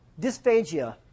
Dysphagia